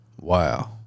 Wow